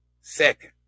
Second